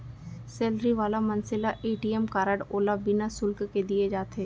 salary वाला मनसे ल ए.टी.एम कारड ओला बिना सुल्क के दिये जाथे